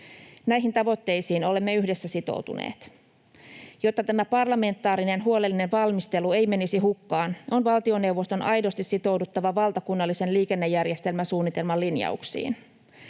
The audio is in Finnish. Näihin tavoitteisiin olemme yhdessä sitoutuneet. Jotta tämä parlamentaarinen, huolellinen valmistelu ei menisi hukkaan, on valtioneuvoston aidosti sitouduttava valtakunnallisen liikennejärjestelmäsuunnitelman linjauksiin.